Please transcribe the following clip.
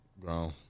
Grown